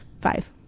Five